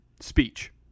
speech